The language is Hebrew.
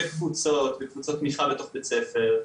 וקבוצות תמיכה בתוך בית הספר,